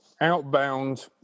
outbound